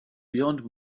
beyond